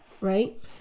right